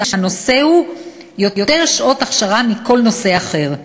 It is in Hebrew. והנושא מקבל יותר שעות הכשרה מכל נושא אחר.